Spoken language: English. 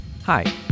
Hi